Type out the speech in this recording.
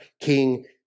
King